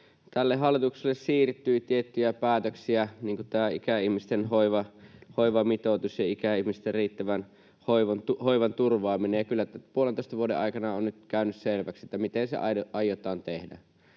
hallitukselle siirtyi tiettyjä päätöksiä, niin kuin tämä ikäihmisten hoivamitoitus ja ikäihmisten riittävän hoivan turvaaminen, ja kyllä puolentoista vuoden aikana on nyt käynyt selväksi, miten se aiotaan tehdä: